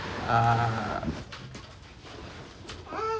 uh